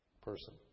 person